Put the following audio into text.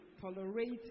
tolerate